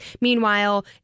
Meanwhile